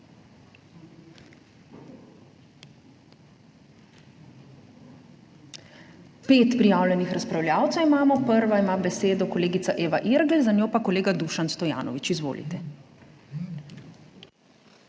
Pet prijavljenih razpravljavcev imamo. Prva ima besedo kolegica Eva Irgl, za njo pa kolega Dušan Stojanovič. Izvolite.